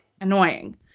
Annoying